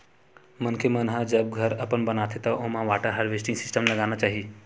मनखे मन ह जब घर अपन बनाथे त ओमा वाटर हारवेस्टिंग सिस्टम लगाना चाही